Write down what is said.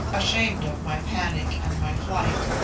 ashamed of my panic and my flight,